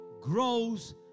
grows